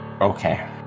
okay